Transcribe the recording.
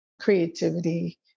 creativity